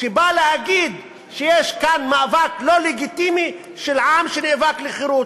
שבא להגיד שיש כאן מאבק לא לגיטימי של עם שנאבק לחירות,